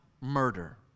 murder